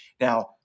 now